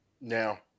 Now